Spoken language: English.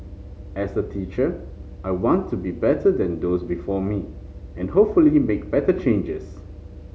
as a teacher I want to be better than those before me and hopefully make better changes